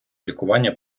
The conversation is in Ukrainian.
лікування